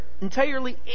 entirely